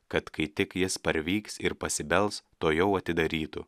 kad kai tik jis parvyks ir pasibels tuojau atidarytų